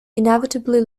inevitably